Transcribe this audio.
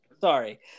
sorry